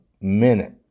minute